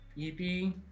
EP